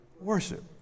worship